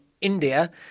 india